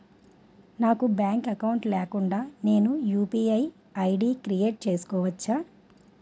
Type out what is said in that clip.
నాకు bank account లేకుండా నేను యు.పి.ఐ ఐ.డి క్రియేట్ చేసుకోవచ్చా?